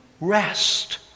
rest